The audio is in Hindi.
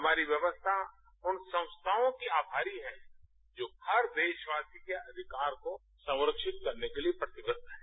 हमारी व्यवस्था उन संस्थायों की आमारी है जो हर देशवासी के अधिकार को संवरक्षित करने के लिए प्रतिबद्ध है